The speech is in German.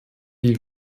die